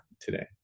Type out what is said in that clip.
today